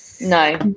No